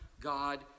God